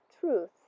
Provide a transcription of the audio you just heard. truth